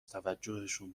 توجهشون